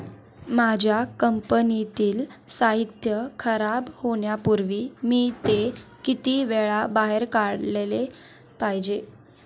माझ्या कंपनीतील साहित्य खराब होण्यापूर्वी मी ते किती वेळा बाहेर काढले पाहिजे?